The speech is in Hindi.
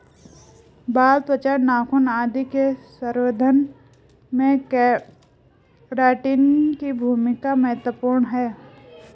बाल, त्वचा, नाखून आदि के संवर्धन में केराटिन की भूमिका महत्त्वपूर्ण है